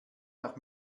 nach